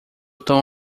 tão